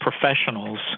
professionals